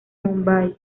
mumbai